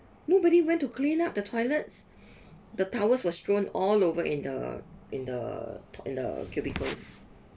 nobody went to clean up the toilets the towels was thrown all over in the in the to~ in the cubicles